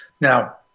Now